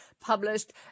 published